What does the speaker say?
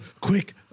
quick